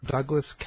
Douglas